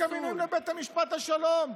יש מינויים גם לבית המשפט השלום.